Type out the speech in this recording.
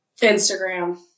Instagram